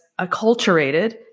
acculturated